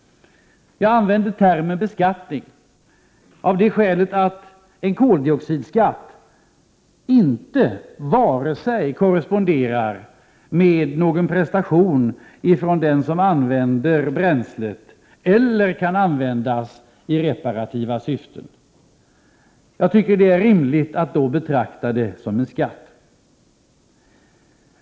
Jag använder termen beskattning av det skälet att en koldioxidskatt varken korresponderar med någon prestation från den som använder bränslet eller kan användas i reparativa syften. Jag tycker det är rimligt att då betrakta det som en skatt.